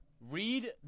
read